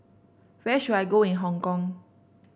where should I go in Hong Kong